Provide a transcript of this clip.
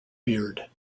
beard